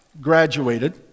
graduated